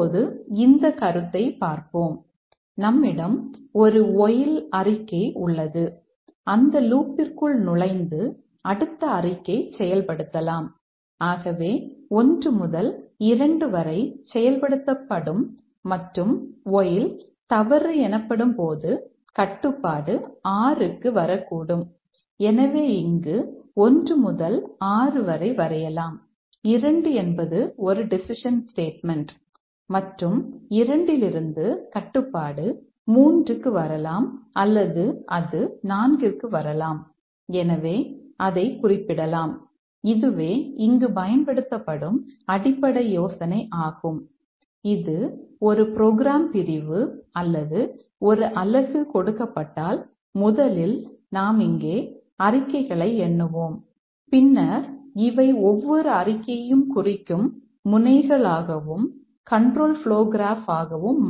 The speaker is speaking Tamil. இப்போது இந்த கருத்தை பார்ப்போம் நம்மிடம் ஒரு வொயில் ஆகவும்